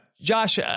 Josh